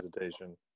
hesitation